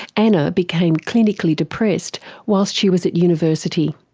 anna became clinically depressed whilst she was at university.